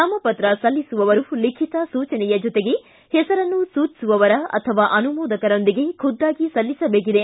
ನಾಮಪತ್ರ ಸಲ್ಲಿಸುವವರು ಲಿಖಿತ ಸೂಚನೆಯ ಜೊತೆಗೆ ಹೆಸರನ್ನು ಸೂಚಿಸುವವರ ಅಥವಾ ಅನುಮೋದಕರೊಂದಿಗೆ ಖುದ್ದಾಗಿ ಸಲ್ಲಿಸಬೇಕಿದೆ